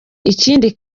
ikindi